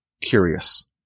curious